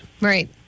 right